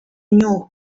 knew